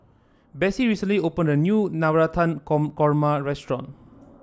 Besse recently opened a new Navratan Con Korma Restaurant